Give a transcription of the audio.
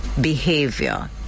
behavior